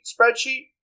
Spreadsheet